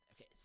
Okay